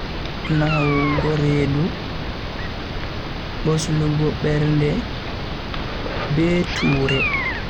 Nawugo redu, boslugo bernde be tuure